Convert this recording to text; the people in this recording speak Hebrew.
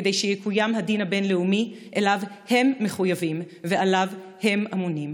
כדי שיקוים הדין הבין-לאומי שאליו הם מחויבים ושעליו הם אמונים.